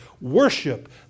worship